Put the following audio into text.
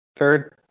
Third